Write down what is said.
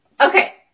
okay